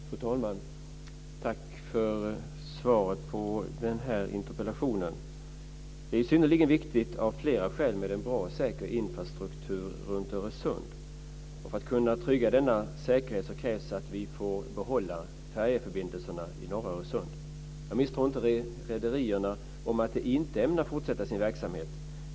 Fru talman! Tack för svaret på den här interpellationen. Det är ju synnerligen viktigt av flera skäl med en bra och säker infrastruktur runt Öresund. För att kunna trygga denna säkerhet krävs det att vi får behålla färjeförbindelserna i norra Öresund. Jag misstror inte rederierna om att de inte ämnar fortsätta sin verksamhet.